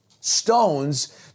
stones